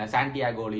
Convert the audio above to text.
Santiago